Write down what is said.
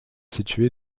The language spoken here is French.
située